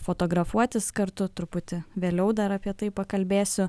fotografuotis kartu truputį vėliau dar apie tai pakalbėsiu